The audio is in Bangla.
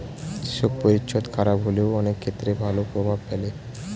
শোক পরিচ্ছদ খারাপ হলেও অনেক ক্ষেত্রে ভালো প্রভাব ফেলে